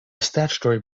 statutory